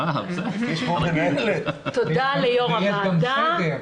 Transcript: תודה ליושב-ראש הוועדה.